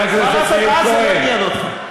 מה לעשות, אז זה לא עניין אותך.